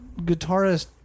guitarist